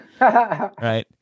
Right